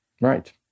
Right